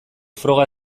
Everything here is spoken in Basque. froga